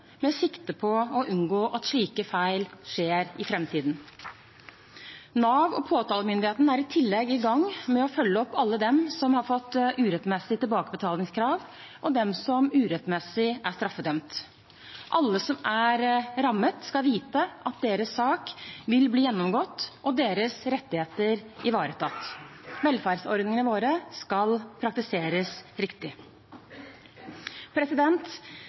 med sikte på å unngå at slike feil skjer i framtiden. Nav og påtalemyndigheten er i tillegg i gang med å følge opp alle dem som har fått et urettmessig tilbakebetalingskrav, og dem som urettmessig er straffedømt. Alle som er rammet, skal vite at deres sak vil bli gjennomgått og deres rettigheter ivaretatt. Velferdsordningene våre skal praktiseres